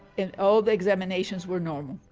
and all the examinations were normal.